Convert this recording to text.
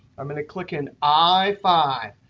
i'm going to click in i five.